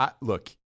Look